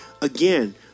again